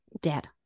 dead